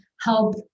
help